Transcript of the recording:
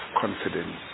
confidence